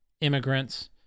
immigrants